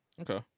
Okay